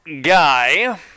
guy